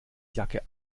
jacke